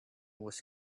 was